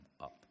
up